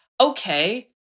okay